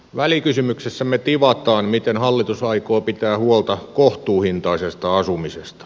välikysymyksessämme tivataan miten hallitus aikoo pitää huolta kohtuuhintaisesta asumisesta